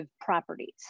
properties